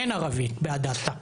אין ערבית בהדסה,